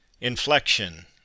Inflection